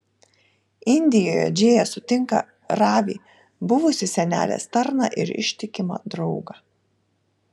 indijoje džėja sutinka ravį buvusį senelės tarną ir ištikimą draugą